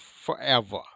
forever